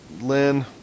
Lynn